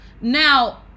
now